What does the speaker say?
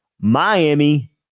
Miami